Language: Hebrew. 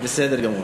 בסדר גמור,